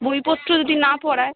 বই পড়তে যদি না পড়ায়